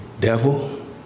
devil